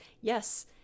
yes